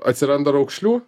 atsiranda raukšlių